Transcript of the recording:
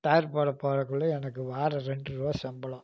தார் போட போறதுக்குள்ள எனக்கு வாரம் ரெண்டுருவா சம்பளம்